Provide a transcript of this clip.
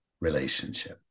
relationship